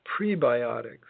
prebiotics